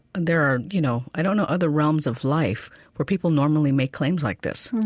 there are, you know, i don't know other realms of life where people normally make claims like this.